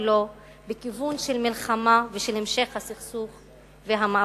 כולו בכיוון של מלחמה ושל המשך הסכסוך והמאבק.